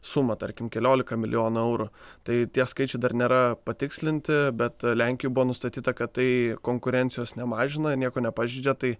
sumą tarkim keliolika milijonų eurų tai tie skaičiai dar nėra patikslinti bet lenkijoj buvo nustatyta kad tai konkurencijos nemažina ir nieko nepažeidžia tai